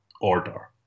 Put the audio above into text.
order